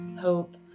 hope